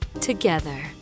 together